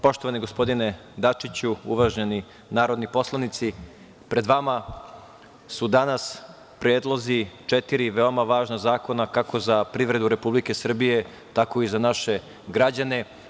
Poštovani gospodine Dačiću, uvaženi narodni poslanici, pred vama su danas predlozi četiri veoma važna zakona kako za privredu Republike Srbije tako i za naše građane.